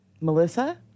Melissa